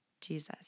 Jesus